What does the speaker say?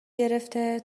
گرفته